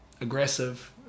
aggressive